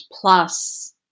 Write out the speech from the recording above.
plus